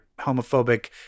Homophobic